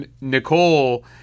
Nicole